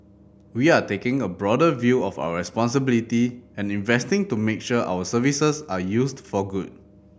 we are taking a broader view of our responsibility and investing to make sure our services are used for good